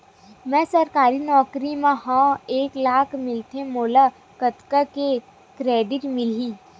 मैं सरकारी नौकरी मा हाव एक लाख मिलथे मोला कतका के क्रेडिट मिलही?